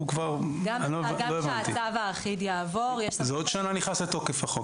עוד שנה החוק נכנס לתוקף.